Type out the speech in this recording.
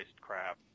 crap